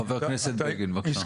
חה"כ בגין, בבקשה.